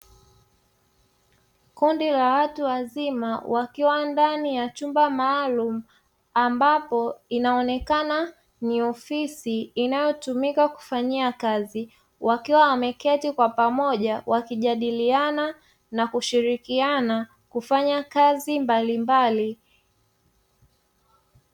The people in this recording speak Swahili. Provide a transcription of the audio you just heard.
Kundi la watu wazima wakiwa ndani ya chumba maalumu, ambapo inaonekana ni ofisi inayotumika kufanyia kazi, wakiwa wameketi kwa pamoja wakijadiliana na kushirikiana kufanya kazi mbalimbali.